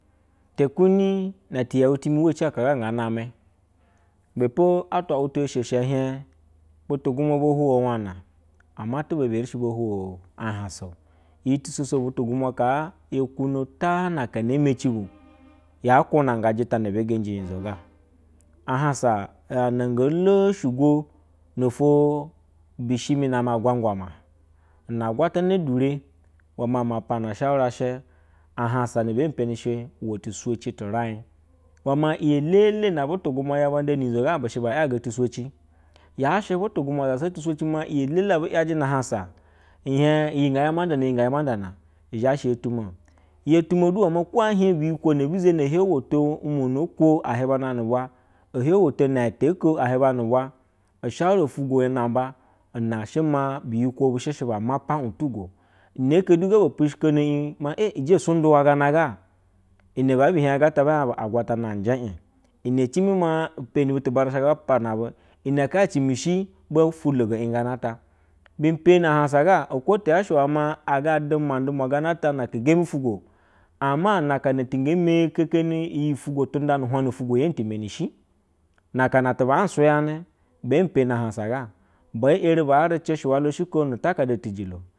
Te kuni na ti yeu tini waci aka ga namɛ ibepo atwa i mutu asho ushi ehie butu gumnabo huwo uwna, ama tuba bi erishi bohuwa a hansa a iyi tusoso butu gurnua kaa yo kuno ta na aka na ehi meci bu ya nunga jitana be genji nyizo, a hansa ana go lushigo no ofulo kishi mi na amɛ agwagwama, na agwatana dure uwema hm ma pana shaura shɛ ahansa na shi ta soci tu rai uwe ma iyi elele na butu gumna zha nda ni ntizo gabu she ba yaga tu soci ma iyi elele abu yaje na hausa, ihen iyi ga madena nga ma nda na izha ye tomo ye zhe yotu mo me ma go hie biyiho na abuwoso umono ako a hiba nubwa ohowoto na ete oho a hube nubwa, ushaura ufugwo namba nashɛ ma biyitewo busheshɛ bamapa u tugwo ine ne du go boshinono i bwe ije so ndume gana ga ime babu his gana ata ba mie bu ngwatana nje ijime ata be hie bu agwatane nje, ijime cemina oeri butu bark shaga bapama bu ine haa zimi dhaga baoama bu ine haa zimi shiba fu lugo in gwan ata be peni ehanrsa go ho tiyashɛ a ga duma dumua gata na aka gemba ufuna kana ti nge meke heni iyi ufuno tinda nu hwana fugulo ye temi shi na aja na bu suyanɛ be peni ahansa gabe eriba ralɛ shiusa lashi nu takada tijilo.